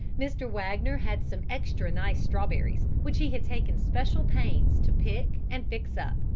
mr. wagner had some extra nice strawberries, which he had taken special pains to pick and fix up,